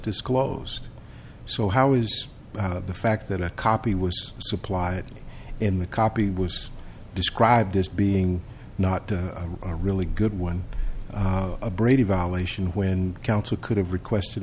disclosed so how is one of the fact that a copy was supplied in the copy was described as being not a really good one a brady violation when counsel could have requested